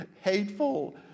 hateful